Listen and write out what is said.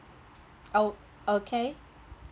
oo okay